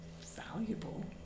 valuable